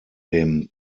dem